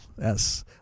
Yes